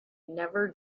never